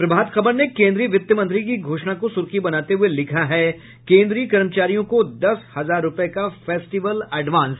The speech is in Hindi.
प्रभात खबर ने केन्द्रीय वित्तमंत्री की घोषणा को सुर्खी बनाते हुए लिखा है केन्द्रीय कर्मचारियों को दस हजार रूपये का फेस्टिवल एडवांस